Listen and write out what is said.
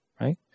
Right